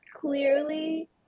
clearly